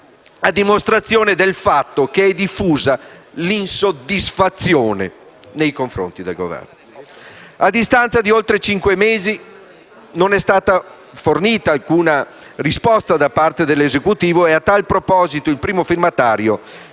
a dimostrazione del fatto che è diffusa l'insoddisfazione nei confronti del Governo; a distanza di oltre 5 mesi, non è stata fornita alcuna risposta da parte dell'Esecutivo e a tal proposito il primo firmatario